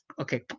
okay